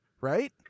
right